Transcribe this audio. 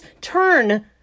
turn